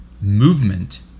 movement